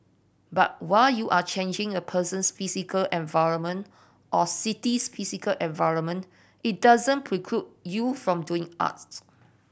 but while you are changing a person's physical environment or city's physical environment it doesn't preclude you from doing art